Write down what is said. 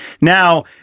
now